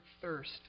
thirst